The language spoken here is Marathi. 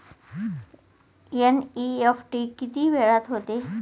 एन.इ.एफ.टी किती वेळात होते?